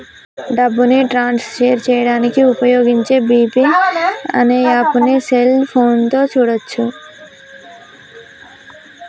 డబ్బుని transfer చేయడానికి వుపయోగించే జీ పే అనే యాప్పుని సెల్ ఫోన్ తో వాడచ్చు